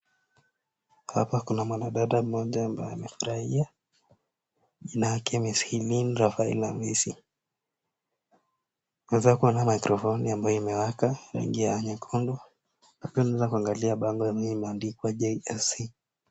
Hapa kuna mwanadada mmoja ambaye amefurahia. Jina yake Ms. Helene Rafaela Namisi. Naeza kuona maikrofoni ambayo imewaka rangi ya nyekundu. Naeza kuangalia bango ambayo imeandikwa jsc.